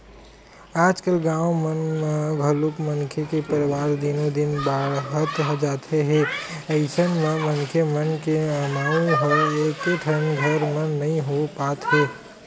आजकाल गाँव मन म घलोक मनखे के परवार दिनो दिन बाड़हत जात हे अइसन म मनखे मन के अमाउ ह एकेठन घर म नइ हो पात हे